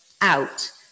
out